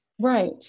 right